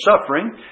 suffering